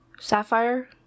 sapphire